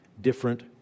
different